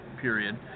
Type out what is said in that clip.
period